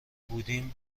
بودیم